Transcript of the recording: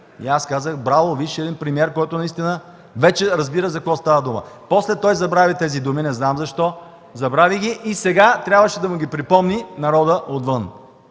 Аз казах: „Браво, виж един премиер, който наистина вече разбира за какво става дума.”. После той забрави тези думи. Не знам защо. Забрави ги и сега трябваше да му ги припомни народът отново.